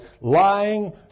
lying